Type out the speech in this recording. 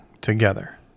together